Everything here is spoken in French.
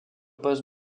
poste